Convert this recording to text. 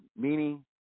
meaning